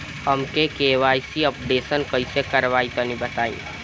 हम KYC updation कइसे करवाई तनि बताई?